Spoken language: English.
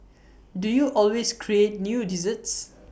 do you always create new desserts